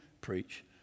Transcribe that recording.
preach